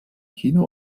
kino